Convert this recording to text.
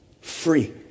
free